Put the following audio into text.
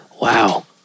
Wow